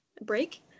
break